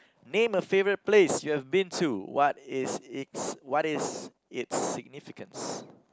name a favorite place you have been to what is is what is it's significance